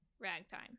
Ragtime